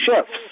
shifts